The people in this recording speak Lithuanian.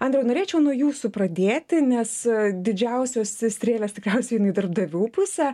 andriau norėčiau nuo jūsų pradėti nes didžiausios es strėlės tikriausiai eina į darbdavių pusę